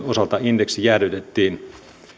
osalta indeksi jäädytettiin